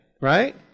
Right